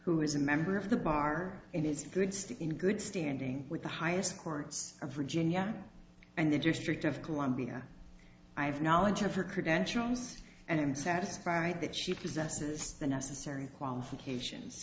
who is a member of the bar and is good still in good standing with the highest courts or virginia and the district of columbia i have knowledge of her credentials and i am satisfied that she possesses the necessary qualifications